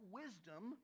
wisdom